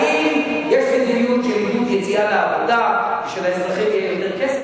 האם יש מדיניות של עידוד יציאה לעבודה ושלאזרחים יהיה יותר כסף,